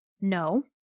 no